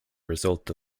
result